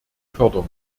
fördern